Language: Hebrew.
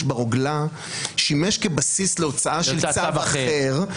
ברוגלה שימש כבסיס להוצאה של צו אחר,